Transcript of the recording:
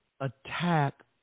attack